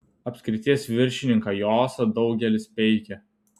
apskrities viršininką josą daugelis peikia